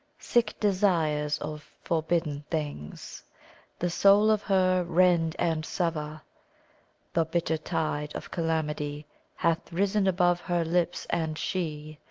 sick desires of forbidden things the soul of her rend and sever the bitter tide of calamity hath risen above her lips and she,